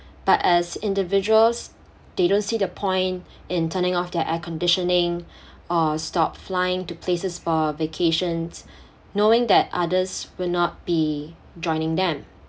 but as individuals they don't see the point in turning off their air conditioning or stop flying to places for vacations knowing that others will not be joining them